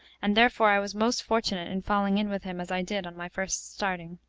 and therefore i was most fortunate in falling in with him as i did on my first starting.